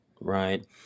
right